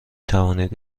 توانید